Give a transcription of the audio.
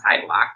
sidewalk